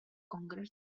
congrés